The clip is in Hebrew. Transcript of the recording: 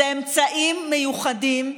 זה אמצעים מיוחדים,